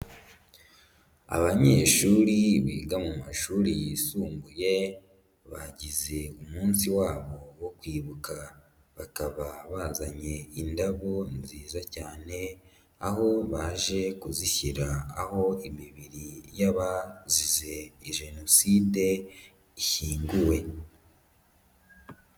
Abanyeshuri biga mu mashuri yisumbuye bagize umunsi wabo wo kwibuka, bakaba bazanye indabo nziza cyane aho baje kuzishyira aho imibiri y'abazize Jenoside ishyinguwe.